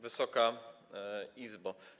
Wysoka Izbo!